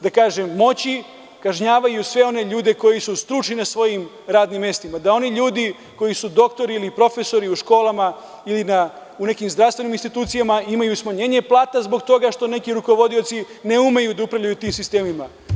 da kažem, moći, kažnjavaju sve one ljude koji su stručni na svojim radnim mestima, da oni ljudi koji su doktori ili profesori u školama ili u nekim zdravstvenim institucijama, imaju smanjenje plata zbog toga što neki rukovodioci ne umeju da upravljaju tim sistemima.